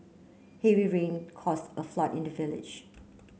heavy rain caused a flood in the village